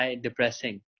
depressing